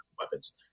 weapons